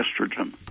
estrogen